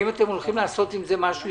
לעשות עם זה משהו?